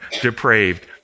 depraved